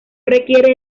requiere